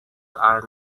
are